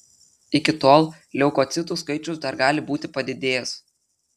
iki tol leukocitų skaičius dar gali būti padidėjęs